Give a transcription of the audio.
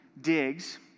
digs